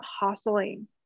hustling